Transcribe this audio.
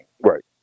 Right